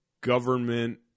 government